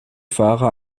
fahrer